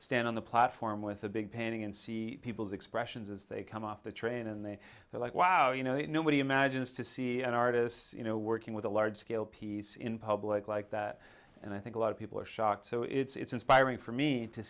stand on the platform with a big painting and see people's expressions as they come off the train and they are like wow you know nobody imagines to see an artist's you know working with a large scale piece in public like that and i think a lot of people are shocked so it's it's inspiring for me to